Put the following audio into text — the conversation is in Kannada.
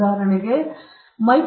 ಈಗ ಈ ಪ್ರಶ್ನೆ ಕೇಳಿ